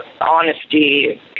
honesty